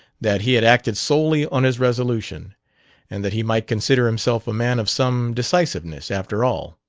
that he had acted solely on his resolution and that he might consider himself a man of some decisiveness, after all.